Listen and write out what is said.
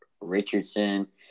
Richardson